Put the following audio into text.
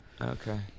okay